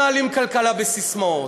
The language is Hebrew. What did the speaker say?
לא מנהלים כלכלה בססמאות.